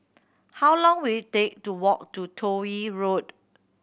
how long will it take to walk to Toh Yi Road